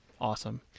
awesome